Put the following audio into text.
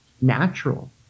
natural